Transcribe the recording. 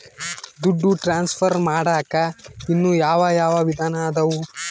ದುಡ್ಡು ಟ್ರಾನ್ಸ್ಫರ್ ಮಾಡಾಕ ಇನ್ನೂ ಯಾವ ಯಾವ ವಿಧಾನ ಅದವು?